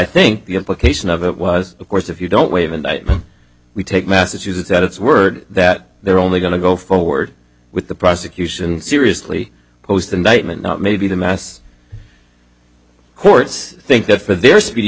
think the implication of it was of course if you don't waive and we take massachusetts at its word that they're only going to go forward with the prosecution seriously who's the night not maybe the mass courts think that for their speedy